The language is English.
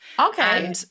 Okay